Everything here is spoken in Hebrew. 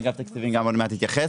אגף תקציבים גם עוד מעט יתייחס.